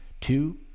two